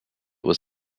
was